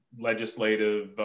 legislative